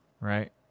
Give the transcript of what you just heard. Right